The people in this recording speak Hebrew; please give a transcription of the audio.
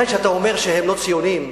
לכן כשאתה אומר שהם לא ציונים,